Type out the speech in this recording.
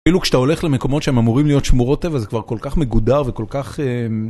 אפילו כשאתה הולך למקומות שהם אמורים להיות שמורות טבע זה כבר כל כך מגודר וכל כך...